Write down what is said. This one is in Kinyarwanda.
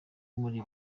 muri